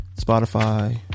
Spotify